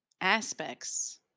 aspects